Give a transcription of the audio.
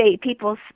people